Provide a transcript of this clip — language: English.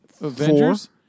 Avengers